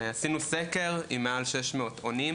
עשינו סקר עם מעל 600 עונים,